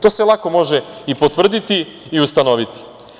To se lako može i potvrditi i ustanoviti.